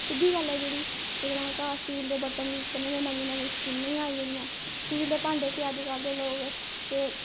सिद्धी गल्ल ऐ जेह्ड़ी लेकिन हे असें घर स्टील दे बर्तन यूस करने होने ते नमीं नमीं स्टील आई गेदियां स्टील दे भांडे ते अज्जकल दे लोग